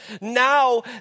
now